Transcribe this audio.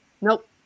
Nope